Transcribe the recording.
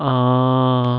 ohh